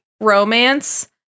romance